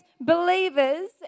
believers